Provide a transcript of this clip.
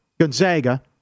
Gonzaga